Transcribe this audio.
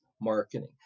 Marketing